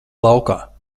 laukā